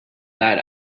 that